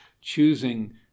choosing